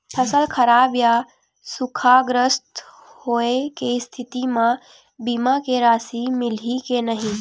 फसल खराब या सूखाग्रस्त होय के स्थिति म बीमा के राशि मिलही के नही?